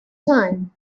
time